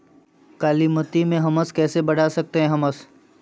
कालीमती में हमस कैसे बढ़ा सकते हैं हमस?